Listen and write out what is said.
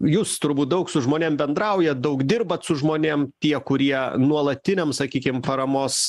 jūs turbūt daug su žmonėm bendraujat daug dirbat su žmonėm tie kurie nuolatiniam sakykim paramos